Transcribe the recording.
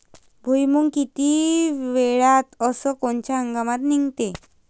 भुईमुंग किती वेळात अस कोनच्या हंगामात निगते?